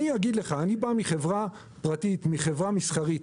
אגיד לך, אני בא מחברה פרטית, מחברה מסחרית.